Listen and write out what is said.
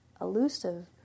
elusive